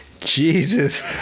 jesus